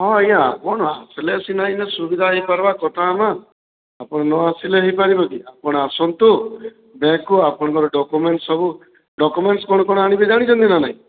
ହଁ ଆଜ୍ଞା ଆପଣ ଆସିଲେ ସିନା ଇନେ ସୁବିଧା ହୋଇ ପାରବା କଥା ହମା ଆପଣ ନ ଆସିଲେ ହୋଇ ପାରିବ କି ଆପଣ ଆସନ୍ତୁ ବ୍ୟାଙ୍କକୁ ଆପଣଙ୍କ ଡକୁମେଣ୍ଟ ସବୁ ଡକୁମେଣ୍ଟସ କ'ଣ କ'ଣ ଆଣିବେ ଜାଣିଛନ୍ତି ନା ନାହିଁ